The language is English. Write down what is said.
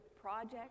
project